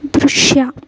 ದೃಶ್ಯ